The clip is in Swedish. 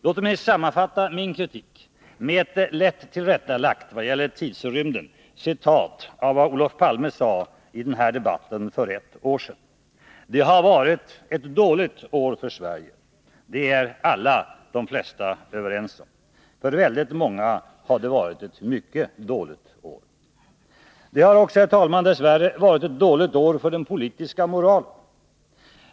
Låt mig sammanfatta min kritik med ett lätt tillrättalagt, vad gäller tidrymden, citat av vad Olof Palme sade i denna debatt för ett år sedan: Det har varit ett dåligt år för Sverige. Det är de allra flesta överens om. För väldigt många har det varit ett mycket dåligt år. Det har också, herr talman, dess värre varit ett dåligt år för den politiska moralen.